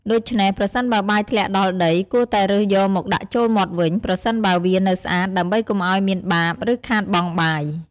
ដូច្នេះ ប្រសិនបើបាយធ្លាក់ដល់ដី គួរតែរើសយកមកដាក់ចូលមាត់វិញ ប្រសិនបើវានៅស្អាត ដើម្បីកុំឲ្យមានបាប ឬខាតបង់បាយ។